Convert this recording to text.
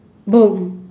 boom